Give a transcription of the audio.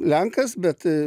lenkas bet